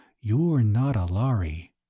you're not a lhari!